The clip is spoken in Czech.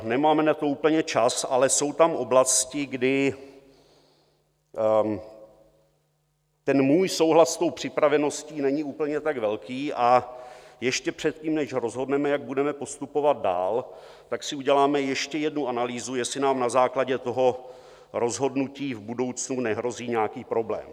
Nemáme na to úplně čas, ale jsou tam oblasti, kdy můj souhlas s tou připraveností není úplně tak velký, a ještě před tím, než rozhodneme, jak budeme postupovat dál, si uděláme ještě jednu analýzu, jestli nám na základě toho rozhodnutí v budoucnu nehrozí nějaký problém.